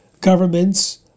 governments